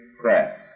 Press